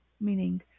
meaning